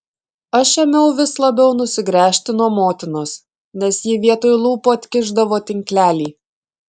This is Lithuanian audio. aš ėmiau vis labiau nusigręžti nuo motinos nes ji vietoj lūpų atkišdavo tinklelį